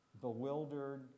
bewildered